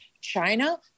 China